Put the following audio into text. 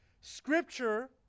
Scripture